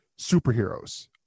superheroes